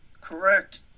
Correct